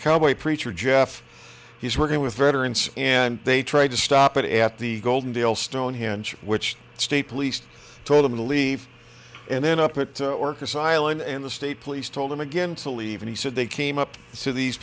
cowboy preacher jeff he's working with veterans and they tried to stop it at the goldendale stonehenge which state police told him to leave and then up the orcas island and the state police told him again to leave and he said they came up to these